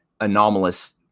anomalous